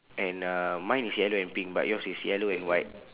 and uh mine is yellow and pink but yours is yellow and white